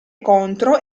contro